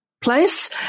place